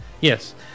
Yes